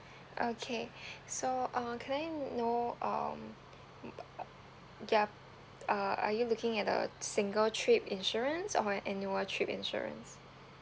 okay so uh can I know um mm ya uh are you looking at a single trip insurance or an annual trip insurance